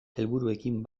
helburuekin